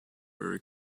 very